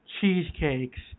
cheesecakes